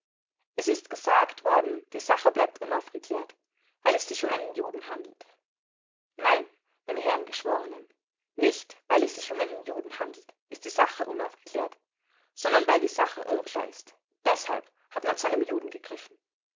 es ist gesagt worden die sache bleibt unaufgeklärt weil es sich um einen juden handelt nein meine herren geschworenen nicht weil es sich um einen juden handelt ist die sache unaufgeklärt sondern weil die sache unklar ist deshalb hat man zu einem juden gegriffen